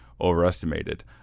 overestimated